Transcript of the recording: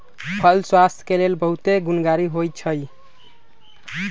फल स्वास्थ्य के लेल बहुते गुणकारी होइ छइ